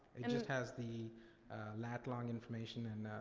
it just has the lat-long information, and